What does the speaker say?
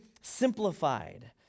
simplified